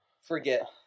forget